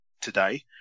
today